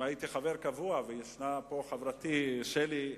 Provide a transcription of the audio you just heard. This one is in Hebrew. נמצאת פה חברתי שלי,